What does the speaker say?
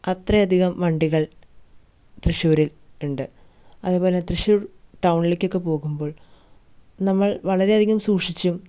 അത്രയധികം വണ്ടികൾ തൃശ്ശൂരിൽ ഉണ്ട് അതേ പോലെ തൃശ്ശൂർ ടൗണിലേക്കൊക്കെ പോകുമ്പോൾ നമ്മൾ വളരെയധികം സൂക്ഷിച്ചും